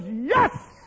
yes